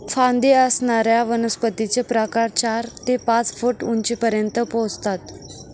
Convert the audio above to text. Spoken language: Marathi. फांदी असणाऱ्या वनस्पतींचे प्रकार चार ते पाच फूट उंचीपर्यंत पोहोचतात